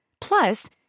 Plus